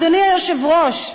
אדוני היושב-ראש,